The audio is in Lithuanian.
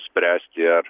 spręsti ar